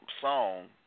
song